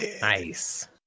Nice